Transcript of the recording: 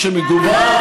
כשמדובר,